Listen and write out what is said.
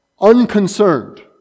unconcerned